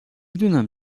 دونم